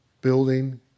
building